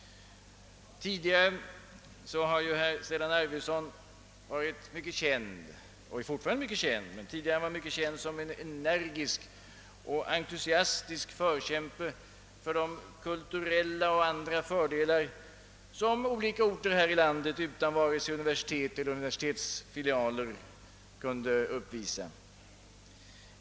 Tidigare har herr Stellan Arvidson varit mycket känd — och han är fortfarande mycket känd — som en energisk och entusiastisk förkämpe för de kulturella och andra fördelar som olika orter här i landet utan vare sig universitet eller universitetsfilial kunde uppvisa.